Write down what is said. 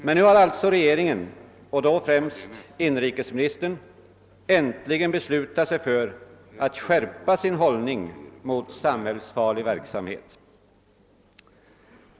Men nu har alltså regeringen, och då främst inrikesministern, äntligen beslutat sig för att skärpa sin hållning mot sambhällsfarlig verksamhet.